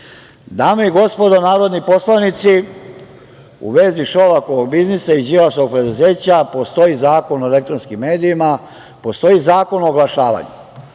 i gospodo narodni poslanici, u vezi Šolakovog biznisa i Đilasovog preduzeća, postoji Zakon o elektronskim medijima, postoji Zakon o oglašavanju